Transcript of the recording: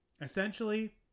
Essentially